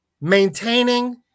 maintaining